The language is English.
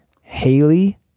Haley